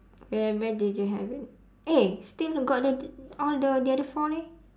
where where did you have it eh still got the all the the other four leh